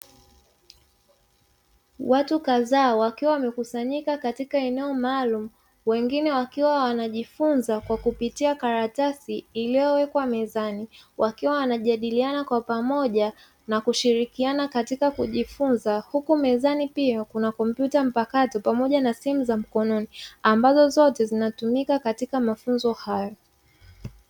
Watu kadhaa wakiwa wamekusanyika katika eneo maalumu, wengine wakiwa wanajifunza kwa kupitia karatasi iliyowekwa mezani, wakiwa wanajadiliana kwa pamoja na kushirikiana katika kujifunza, huku mezani pia kuna kompyuta mpakato pamoja na simu za mkononi ambazo zote zinatumika katika mafunzo hayo.